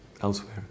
elsewhere